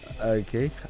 okay